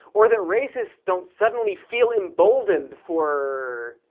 or that racists don't suddenly feel emboldened for.